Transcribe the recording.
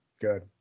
good